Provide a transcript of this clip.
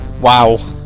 wow